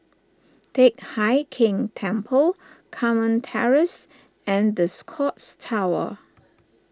Teck Hai Keng Temple Carmen Terrace and the Scotts Tower